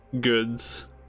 goods